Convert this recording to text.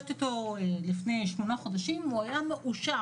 כשפגשתי אותו לפני 8 חודשים הוא היה מאושר.